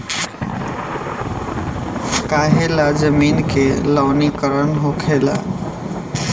काहें ला जमीन के लवणीकरण होखेला